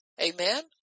Amen